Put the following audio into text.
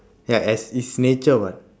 ya as is nature what